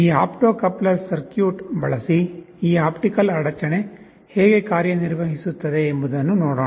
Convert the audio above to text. ಈ opto coupler circuit ಬಳಸಿ ಈ ಆಪ್ಟಿಕಲ್ ಅಡಚಣೆ ಹೇಗೆ ಕಾರ್ಯನಿರ್ವಹಿಸುತ್ತದೆ ಎಂಬುದನ್ನು ನೋಡೋಣ